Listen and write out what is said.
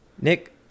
Nick